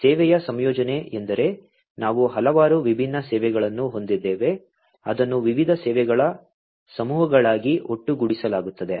ಸೇವೆಯ ಸಂಯೋಜನೆ ಎಂದರೆ ನಾವು ಹಲವಾರು ವಿಭಿನ್ನ ಸೇವೆಗಳನ್ನು ಹೊಂದಿದ್ದೇವೆ ಅದನ್ನು ವಿವಿಧ ಸೇವೆಗಳ ಸಮೂಹಗಳಾಗಿ ಒಟ್ಟುಗೂಡಿಸಲಾಗುತ್ತದೆ